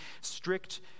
Strict